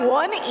one